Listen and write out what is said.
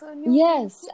Yes